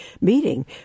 meeting